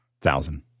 Thousand